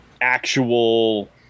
actual